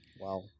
wow